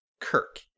Kirk